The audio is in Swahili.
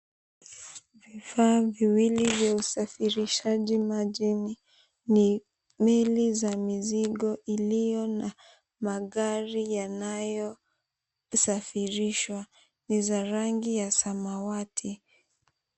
Vifaa viwili vya usafirishaji majini ni meli za mizigo iliyo na magari yanayosafirishwa. Ni za rangi ya samawati.